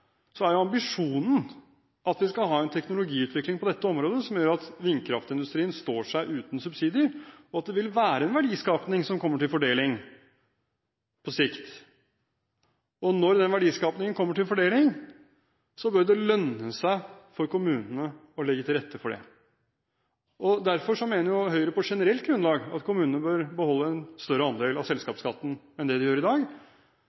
Så sier statsråden at jeg er enig i hans analyse av at det er lønnsomheten som er utfordringen. Ja, lønnsomheten er utfordringen. Men som representanten Skumsvoll var inne på, er ambisjonen at vi skal ha en teknologiutvikling på dette området som gjør at vindkraftindustrien står seg uten subsidier, og at det vil være en verdiskaping som kommer til fordeling på sikt. Når den verdiskapingen kommer til fordeling, bør det lønne seg for kommunene å legge til rette for det. Derfor mener Høyre på generelt grunnlag,